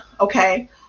okay